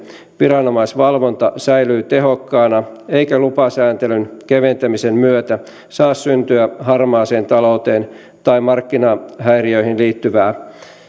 viranomaisvalvonta säilyy tehokkaana eikä lupasääntelyn keventämisen myötä saa syntyä harmaaseen talouteen tai markkinahäiriöihin